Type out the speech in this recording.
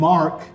Mark